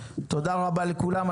תודה רבה לכולם,